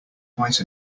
quite